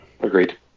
Agreed